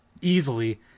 easily